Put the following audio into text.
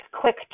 quick